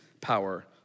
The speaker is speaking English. power